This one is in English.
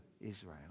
Israel